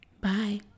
Bye